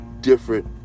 different